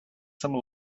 some